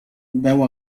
beu